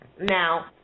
Now